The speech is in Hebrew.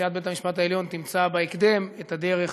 שנשיאת בית-המשפט תמצא בהקדם את הדרך